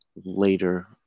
later